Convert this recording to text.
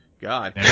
God